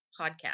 podcast